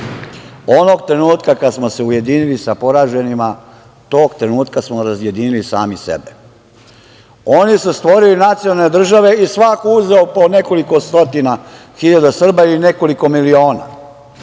trenutka kad smo se ujedinili sa poraženima, tog trenutka smo razjedinili sami sebe. Oni su stvorili nacionalne države i svako je uzeo po nekoliko stotina hiljada Srba ili nekoliko miliona,